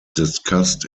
discussed